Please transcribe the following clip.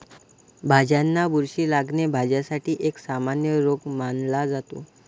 भाज्यांना बुरशी लागणे, भाज्यांसाठी एक सामान्य रोग मानला जातो